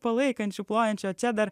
palaikančių plojančių o čia dar